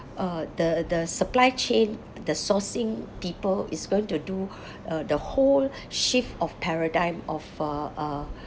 uh the the supply chain the sourcing people is going to do wh~ uh the whole shift of paradigm of uh uh